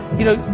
you know,